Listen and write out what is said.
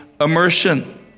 immersion